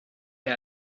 est